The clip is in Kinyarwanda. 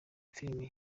filime